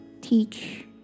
teach